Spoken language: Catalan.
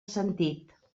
sentit